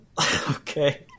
Okay